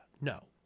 No